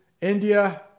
India